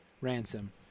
Ransom